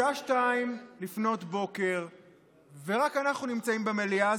השעה 02:00 ורק אנחנו נמצאים במליאה,